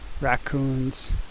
raccoons